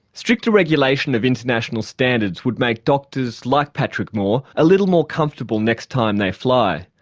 stricter regulation of international standards would make doctors like patrick moore a little more comfortable next time they fly.